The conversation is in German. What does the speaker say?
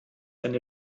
eine